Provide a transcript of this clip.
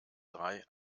drei